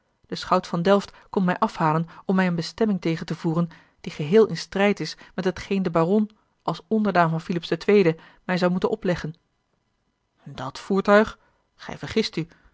de schout van delft komt mij afhalen om mij eene bestemming tegen te voeren die geheel in strijd is met hetgeen de baron als onderdaan van filips ii mij zou moeten opleggen a l g bosboom-toussaint de delftsche wonderdokter eel at voertuig gij vergist u